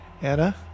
Anna